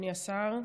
אדוני השר,